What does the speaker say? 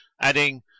adding